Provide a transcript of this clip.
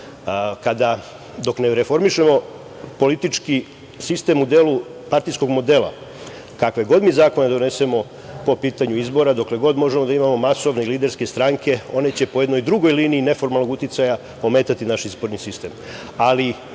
Dok ne reformišemo politički sistem u delu partijskog modela, kakve god mi zakone donesemo po pitanju izbora, dokle god možemo da imamo masovne i liderske stranke, one će po jednoj drugoj liniji neformalnog uticaja ometati naš izborni sistem.